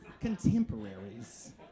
contemporaries